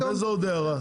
איזו עוד הערה?